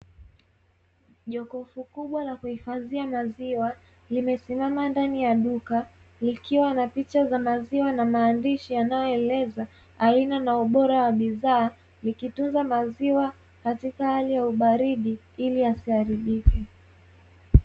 Jokofu kubwa la kuhifadhia maziwa, limesimama ndani ya duka likiwa na picha za maziwa na maandishi yanayoeleza, aina na ubora wa bidhaa, likitunza maziwa katika hali ya ubaridi ili yasiharibike.